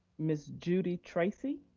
ms. judy tracy?